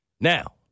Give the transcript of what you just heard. Now